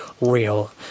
real